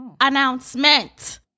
announcement